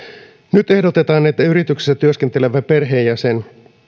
nyt ehdotetaan että yrityksessä työskentelevä perheenjäsen